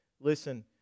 Listen